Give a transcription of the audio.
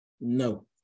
No